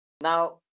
Now